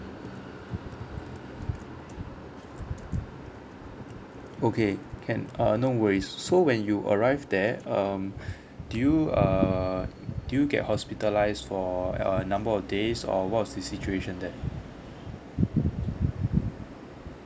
okay can uh no worries so when you arrive there um do you err do you get hospitalised for a number of days or what was the situation there